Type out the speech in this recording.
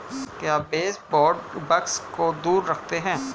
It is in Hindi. क्या बेसबोर्ड बग्स को दूर रखते हैं?